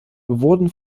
wurden